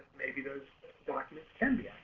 maybe those documents can be ah